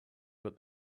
but